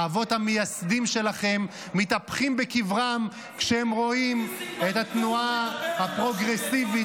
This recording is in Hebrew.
האבות המייסדים שלכם מתהפכים בקברם כשהם רואים את התנועה הפרוגרסיבית,